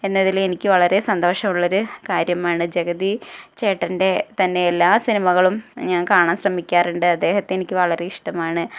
എന്നതിൽ എനിക്ക് വളരെ സന്തോഷമുള്ളൊരു കാര്യമാണ് ജഗതി ചേട്ടൻ്റെ തന്നെ എല്ലാ സിനിമകളും ഞാൻ കാണാൻ ശ്രമിക്കാറുണ്ട് അദ്ദേഹത്തെ എനിക്ക് വളരെ ഇഷ്ടമാണ്